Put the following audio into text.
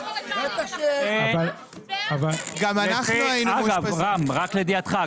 רק לידיעתך,